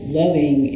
loving